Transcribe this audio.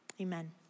Amen